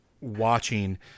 watching